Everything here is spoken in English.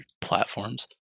platforms